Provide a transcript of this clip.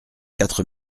quatre